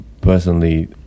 personally